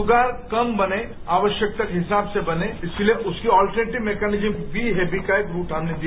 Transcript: sugar कम बने आवस्यकता के हिसाब से बने इसके लिए उसके अल्टरनेटिव मैकेनिज्म बी हैवी का एक रूट हमने दिया